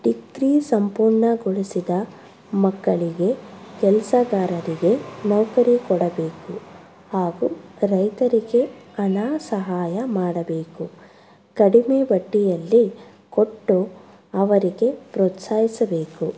degree ಸಂಪೂರ್ಣಗೊಳಿಸಿದ ಮಕ್ಕಳಿಗೆ ಕೆಲಸಗಾರರಿಗೆ ನೌಕರಿ ಕೊಡಬೇಕು ಹಾಗೂ ರೈತರಿಗೆ ಹಣ ಸಹಾಯ ಮಾಡಬೇಕು ಕಡಿಮೆ ಬಡ್ಡಿಯಲ್ಲಿ ಕೊಟ್ಟು ಅವರಿಗೆ ಪ್ರೋತ್ಸಾಹಿಸಬೇಕು